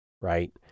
right